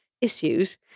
issues